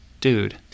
dude